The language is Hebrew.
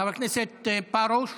חבר הכנסת פרוש?